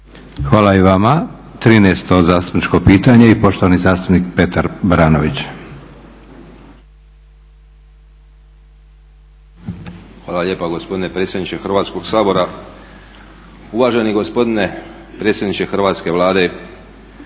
Hvala i vama. 13. zastupničko pitanje i poštovani zastupnik Petar Baranović. **Baranović, Petar (Reformisti)** Hvala lijepa gospodine predsjedniče Hrvatskoga sabora. Uvaženi gospodine predsjedniče Hrvatske Vlade,